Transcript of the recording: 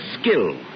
skill